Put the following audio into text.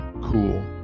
cool